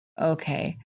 Okay